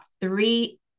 three